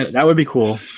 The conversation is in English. that would be cool